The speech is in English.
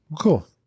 cool